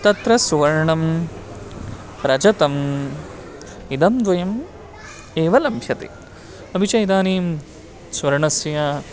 तत्र स्वर्णं रजतम् इदं द्वयम् एव लभ्यते अपि च इदानीं स्वर्णस्य